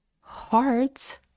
hearts